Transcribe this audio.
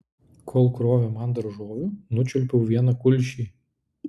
kol krovė man daržovių nučiulpiau vieną kulšį